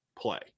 play